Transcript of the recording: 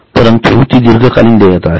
परंतु तीदीर्घकालीन देयता आहे